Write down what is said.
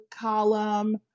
column